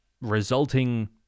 resulting